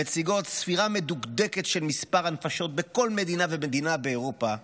המציגות ספירה מדוקדקת של מספר הנפשות בכל מדינה ומדינה באירופה,